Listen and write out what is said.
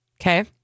Okay